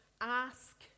ask